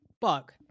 bug